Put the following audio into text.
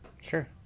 Sure